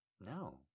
No